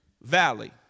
Valley